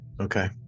Okay